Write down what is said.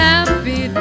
Happy